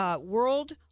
world